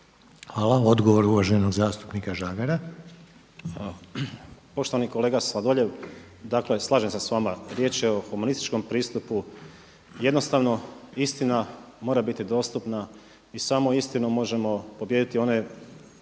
**Žagar, Tomislav (Nezavisni)** Poštovani kolega Sladoljev. Dakle slažem se s vama. Riječ je o humanističkom pristupu i jednostavno istina mora biti dostupna i samo istinom možemo pobijediti one